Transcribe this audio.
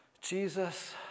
jesus